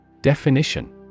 Definition